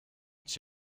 dich